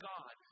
God